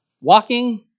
Walking